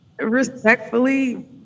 respectfully